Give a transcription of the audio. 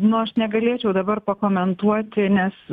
nu aš negalėčiau dabar pakomentuoti nes